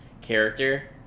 character